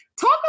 Talk